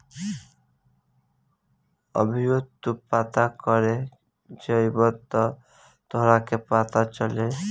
अभीओ तू पता करे जइब त तोहरा के पता चल जाई